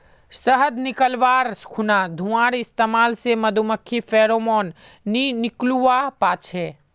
शहद निकाल्वार खुना धुंआर इस्तेमाल से मधुमाखी फेरोमोन नि निक्लुआ पाछे